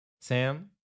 Sam